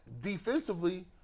defensively